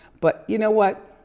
but you know what?